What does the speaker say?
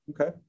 Okay